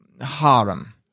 harem